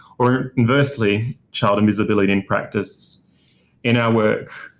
or inversely, child invisibility in practice in our work,